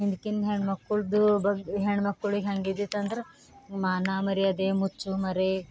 ಹಿಂದ್ಕಿನ ಹೆಣ್ಮಕ್ಳದು ಬಗ್ ಹೆಣ್ಮಕ್ಕಳಿಗೆ ಹೆಂಗೆ ಇದ್ದಿತಂದ್ರೆ ಮಾನ ಮರ್ಯಾದೆ ಮುಚ್ಚುಮರೆ